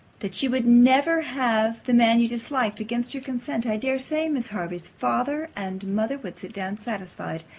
that she would never have the man you disliked, against your consent i dare say, miss hervey's father and mother would sit down satisfied,